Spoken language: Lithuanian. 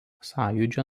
sąjūdžio